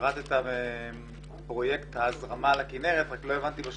פירטת את פרויקט ההזרמה לכינרת ולא הבנתי מה